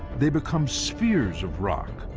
they become spheres of rock,